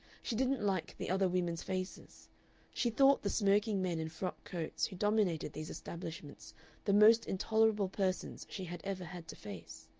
she didn't like the other women's faces she thought the smirking men in frock-coats who dominated these establishments the most intolerable persons she had ever had to face.